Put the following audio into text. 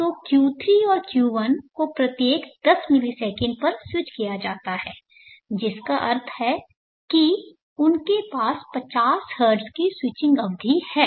तो Q3 और Q1 को प्रत्येक 10 मिलीसेकंड पर स्विच किया जाता है जिसका अर्थ है कि उनके पास 50 हर्ट्ज की स्विचिंग अवधि है